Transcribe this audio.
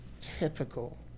typical